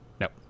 Nope